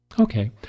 Okay